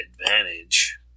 advantage